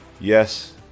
Yes